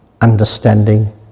understanding